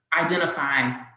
identify